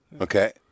Okay